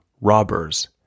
robbers